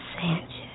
Sanchez